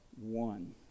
one